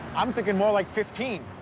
i'm thinking more like fifteen.